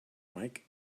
mike